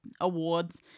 awards